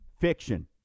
fiction